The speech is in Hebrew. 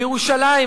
בירושלים,